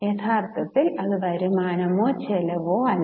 യഥാർത്ഥത്തിൽ അത് വരുമാനമോ ചെലമോ അല്ല